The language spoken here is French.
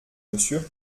monsieur